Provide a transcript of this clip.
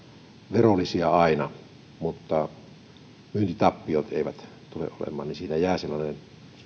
verollisia aina mutta myyntitappiot eivät tule olemaan eli siinä jää sellainen